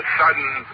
sudden